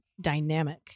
dynamic